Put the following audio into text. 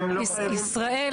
ישראל,